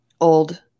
old